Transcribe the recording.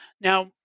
Now